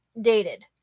dated